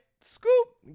scoop